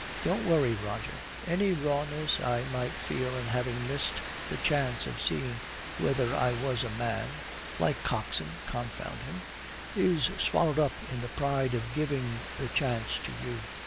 don't worry, roger. any rawness i might feel in having missed the chance of seeing whether i was a man like coxon, confound him is swallowed up in the pride of giving the chance to you.